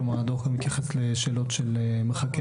כלומר הדוח גם מתייחס לשאלות של מרחקי